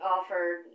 offered